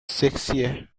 سکسیه